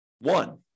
one